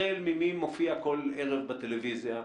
החל ממי מופיע כל ערב בטלוויזיה,